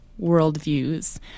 worldviews